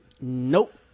Nope